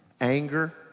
anger